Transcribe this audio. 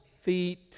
feet